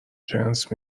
جنس